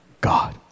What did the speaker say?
God